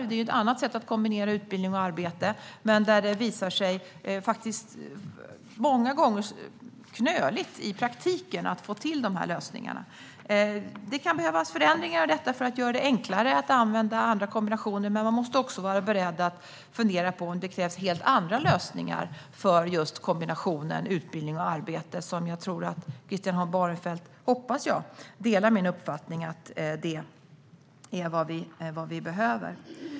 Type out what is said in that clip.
Det är ett annat sätt att kombinera utbildning och arbete, men det har många gånger visat sig knöligt att få till dessa lösningar i praktiken. Det kan behövas förändringar av detta för att göra det enklare att använda olika kombinationer, men man måste också vara beredd att fundera på om det krävs helt andra lösningar för just kombinationen utbildning och arbete. Jag hoppas och tror att Christian Holm Barenfeld delar min uppfattning att det är vad vi behöver.